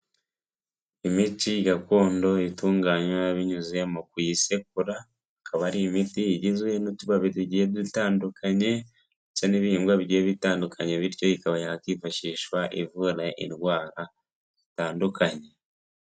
Imiti gakondo itunganywa binyuze mu kuyisekura, ikaba ari imiti igizwe n'utubabi tugiye dutandukanye ndetse n'ibihingwa bigiye bitandukanye bityo ikaba yakwifashishwa ivura indwara zitandukanye.